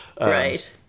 Right